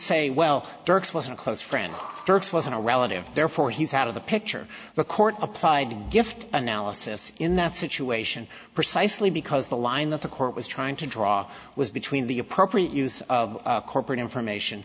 dirk's wasn't close friend dirk's wasn't a relative therefore he's out of the picture the court applied gift analysis in that situation precisely because the line that the court was trying to draw was between the appropriate use of corporate information